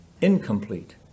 incomplete